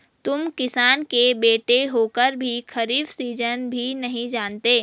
तुम किसान के बेटे होकर भी खरीफ सीजन भी नहीं जानते